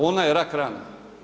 Ona je rak rana.